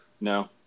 No